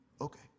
Okay